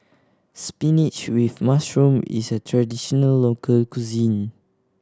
spinach with mushroom is a traditional local cuisine